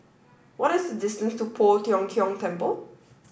what is the distance to Poh Tiong Kiong Temple